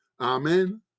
Amen